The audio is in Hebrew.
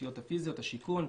התשתיות הפיזיות, השיכון.